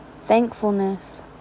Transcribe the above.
thankfulness